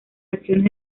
acciones